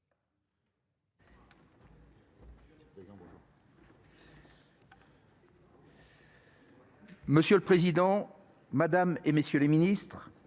Monsieur le président, madame, messieurs les ministres,